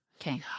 Okay